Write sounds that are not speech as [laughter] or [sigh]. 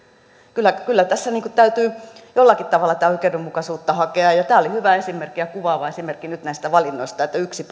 kyllä kyllä tässä täytyy jollakin tavalla tätä oikeudenmukaisuutta hakea ja ja tämä oli hyvä ja kuvaava esimerkki nyt näistä valinnoista että yksi [unintelligible]